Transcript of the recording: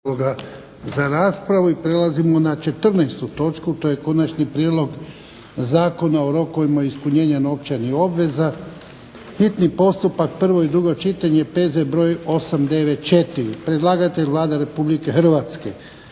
za raspravu i prelazimo na 14. točku. To je - Konačni prijedlog Zakona o rokovima ispunjenja novčanih obveza, hitni postupak, prvo i drugo čitanje, P.Z. br. 894. Predlagatelj Vlada Republike Hrvatske.